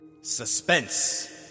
SUSPENSE